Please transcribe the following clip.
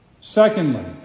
Secondly